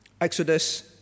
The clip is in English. Exodus